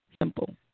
simple